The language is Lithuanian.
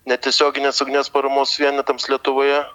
netiesioginės ugnies paramos vienetams lietuvoje